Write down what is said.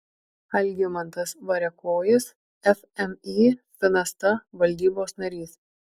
algimantas variakojis fmį finasta valdybos narys